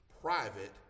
private